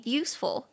useful